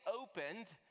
opened